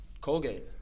Colgate